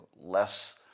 less